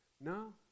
No